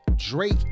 drake